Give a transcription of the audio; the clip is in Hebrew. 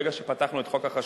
ברגע שפתחנו את חוק החשמל,